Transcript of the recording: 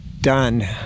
done